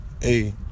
Hey